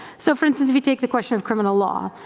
so for instance, if you take the question of criminal law,